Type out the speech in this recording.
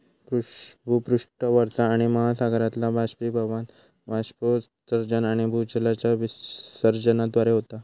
भूपृष्ठावरचा पाणि महासागरातला बाष्पीभवन, बाष्पोत्सर्जन आणि भूजलाच्या विसर्जनाद्वारे होता